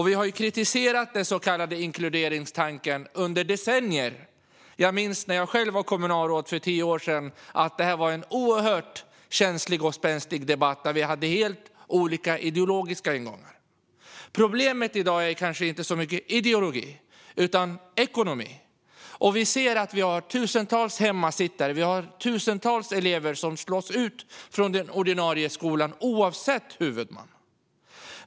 Vi har kritiserat den så kallade inkluderingstanken under decennier. Jag minns när jag själv var kommunalråd för tio år sedan. Det var en oerhört känslig och spänstig debatt där vi hade helt olika ideologiska ingångar. Problemet i dag är kanske inte så mycket ideologi utan ekonomi. Vi ser i dag att vi har tusentals hemmasittare. Vi har tusentals elever som slås ut från den ordinarie skolan, oavsett huvudman.